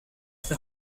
the